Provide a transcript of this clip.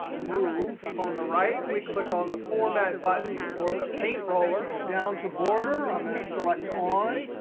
move. on the right, we click on the format button or the paint roller. down to border. i'm going to select on.